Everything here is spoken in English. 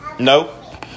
no